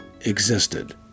existed